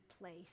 place